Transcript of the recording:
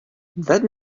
that